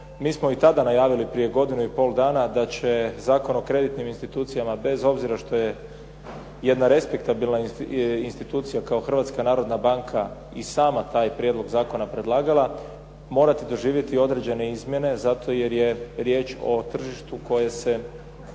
Mi smo i tada najavili prije godinu i pol dana da će Zakon o kreditnim institucijama bez obzira što je jedna respektabilna institucija kao Hrvatska narodna banka i sama taj prijedlog zakona predlagala morati doživjeti i određene izmjene zato jer je riječ o tržištu koje se